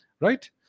right